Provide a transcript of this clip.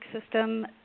system